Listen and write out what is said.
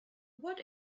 what